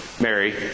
Mary